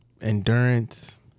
endurance